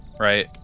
right